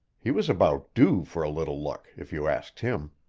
he was about due for a little luck, if you asked him.